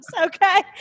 Okay